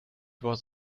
was